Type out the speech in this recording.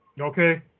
Okay